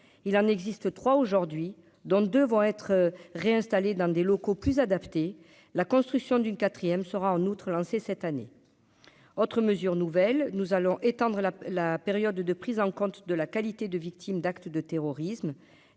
il en existe 3 aujourd'hui dans deux vont être réinstallés dans des locaux plus adaptés, la construction d'une 4ème sera en outre lancé cette année, autre mesure nouvelle, nous allons étendre la la période de prise en compte de la qualité de victime d'acte de terrorisme,